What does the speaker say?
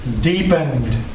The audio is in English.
deepened